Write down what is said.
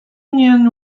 union